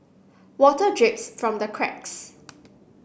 water drips from the cracks